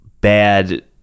bad